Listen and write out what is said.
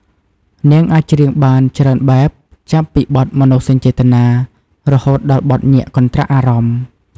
នាងអាចច្រៀងបានច្រើនបែប ចាប់ពីបទមនោសញ្ចេតនា រហូតដល់បទញាក់កន្ត្រាក់អារម្មណ៍។